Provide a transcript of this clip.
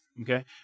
Okay